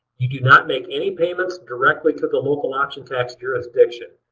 you do not make any payments directly to the local option tax jurisdiction.